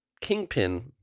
Kingpin